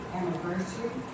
anniversary